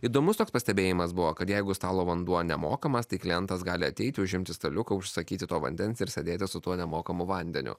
įdomus toks pastebėjimas buvo kad jeigu stalo vanduo nemokamas tai klientas gali ateiti užimti staliuką užsakyti to vandens ir sėdėti su tuo nemokamu vandeniu